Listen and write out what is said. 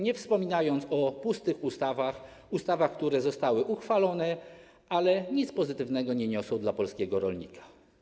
Nie wspominam o pustych ustawach, które zostały uchwalone, ale nic pozytywnego nie niosą dla polskiego rolnika.